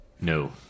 No